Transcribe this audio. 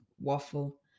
waffle